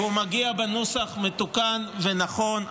והוא מגיע בנוסח מתוקן ונכון.